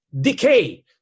decay